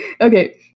Okay